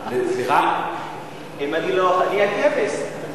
אם אני הכבש.